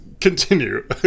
continue